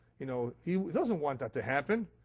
you know, he doesn't want that to happen.